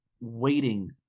waiting